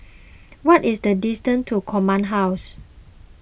what is the distance to Command House